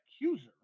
accuser